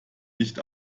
nicht